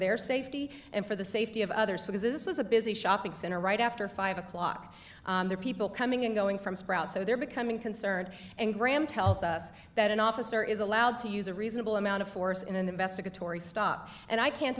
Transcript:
their safety and for the safety of others because this is a busy shopping center right after five o'clock there are people coming and going from sprout so they're becoming concerned and graham tells us that an officer is allowed to use a reasonable amount of force in an investigatory stop and i can't